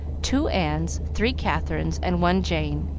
two annes, three katherines, and one jane.